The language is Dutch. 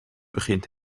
begint